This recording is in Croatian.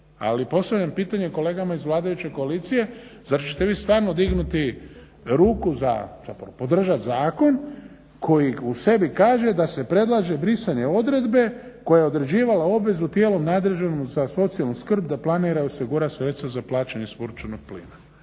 Ali postavljam pitanje kolegama iz vladajuće koalicije zar čete vi stvarno dignuti ruku za, zapravo podržati zakon koji u sebi kaže da se predlaže brisanje odredbe koja je određivala obvezu tijelom nadređenom za socijalnu skrb da planira osigurati sredstva za plaćanje …/Govornik se ne